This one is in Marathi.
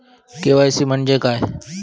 के.वाय.सी म्हणजे काय?